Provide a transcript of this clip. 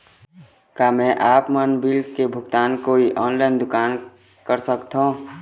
का मैं आपमन बिल के भुगतान कोई ऑनलाइन दुकान कर सकथों?